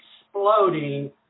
exploding